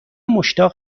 مشتاق